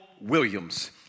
Williams